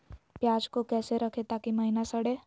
प्याज को कैसे रखे ताकि महिना सड़े?